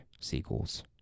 sequels